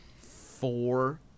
four